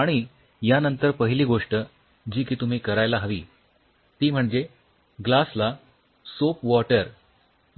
आणि यानंतर पहिली गोष्ट जी तुम्ही करायला हवी ती म्हणजे ग्लास ला सोप वॉटर